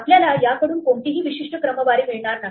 आपल्याला याकडून कोणतीही विशिष्ट क्रमवारी मिळणार नाही